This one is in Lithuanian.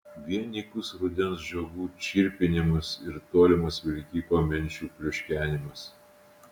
vien nykus rudens žiogų čirpinimas ir tolimas vilkiko menčių pliuškenimas